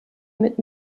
mit